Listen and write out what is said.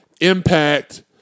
Impact